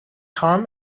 خواهم